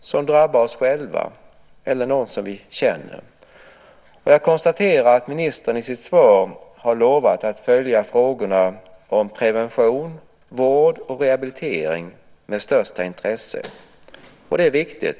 som drabbar oss själva eller någon som vi känner. Jag konstaterar att ministern i sitt svar har lovat att följa frågorna om prevention, vård och rehabilitering med största intresse, och det är viktigt.